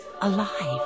alive